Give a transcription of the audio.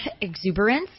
exuberance